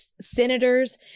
senators